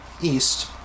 east